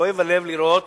כואב הלב לראות